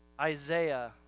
Isaiah